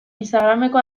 instagrameko